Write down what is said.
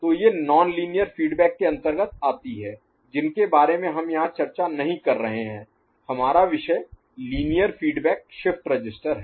तो ये non linear feedback के अंतर्गत आती हैं जिनके बारे में हम यहां चर्चा नहीं कर रहे हैं हमारा विषय लीनियर फीडबैक शिफ्ट रजिस्टर है